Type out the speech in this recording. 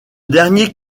dernier